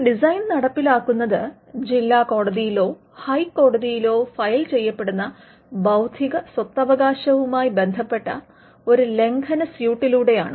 ഒരു ഡിസൈൻ നടപ്പിലാക്കുന്നത് ജില്ലാ കോടതിയിലോ ഹൈക്കോടതിയിലോ ഫയൽ ചെയ്യപ്പെടുന്ന ബൌദ്ധിക സ്വത്തവകാശവുമായി ബന്ധപ്പെട്ട ഒരു ലംഘന സ്യൂട്ടിലുടെയാണ്